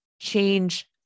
change